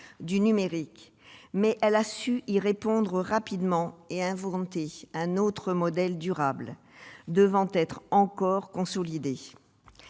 du numérique, mais elle a su y répondre rapidement et inventer un autre modèle durable, devant être encore consolidé.